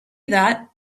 that